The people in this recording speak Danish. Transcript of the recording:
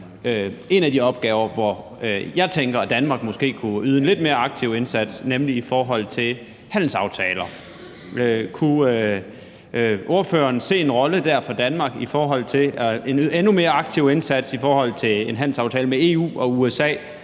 en af de opgaver, hvor jeg tænker, at Danmark måske kunne yde en lidt mere aktiv indsats, nemlig i forhold til handelsaftaler. Kunne ordføreren se en rolle der for Danmark i forhold til at yde en endnu mere aktiv indsats for en ny handelsaftale med EU og USA,